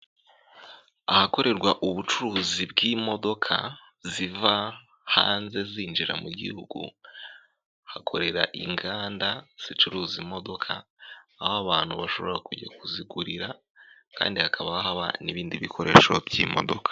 Ahakorerwa ubucuruzi bw'imodoka ziva hanze zinjira mu gihugu, hakorera inganda zicuruza imodoka aho abantu bashobora kujya kuzigurira kandi hakaba haba n'ibindi bikoresho by'imodoka.